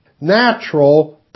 natural